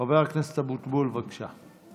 חבר הכנסת אבוטבול, בבקשה.